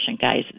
guys